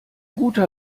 guter